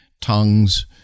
tongues